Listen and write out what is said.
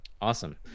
Awesome